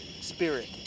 spirit